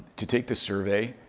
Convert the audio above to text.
to take this survey,